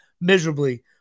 miserably